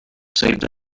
saved